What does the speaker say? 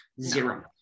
Zero